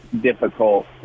difficult